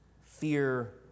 Fear